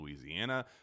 Louisiana